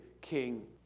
king